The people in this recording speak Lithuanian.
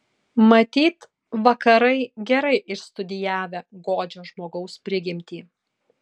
matyt vakarai gerai išstudijavę godžią žmogaus prigimtį